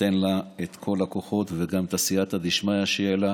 ייתן לה את כל הכוחות וגם סייעתא דשמיא תהיה לה,